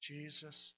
Jesus